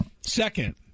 Second